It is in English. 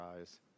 eyes